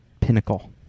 Pinnacle